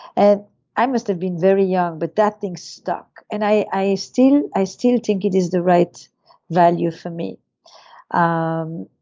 and i must have been very young but that thing stuck. and i still i still think it is the right value for me um